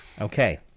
Okay